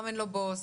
גם איון לו בוס,